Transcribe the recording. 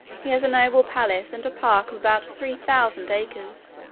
he has a noble palace, and a park of about three thousand acres,